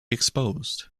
exposed